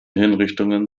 hinrichtungen